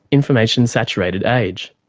information-saturated age?